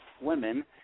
women